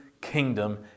kingdom